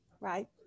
right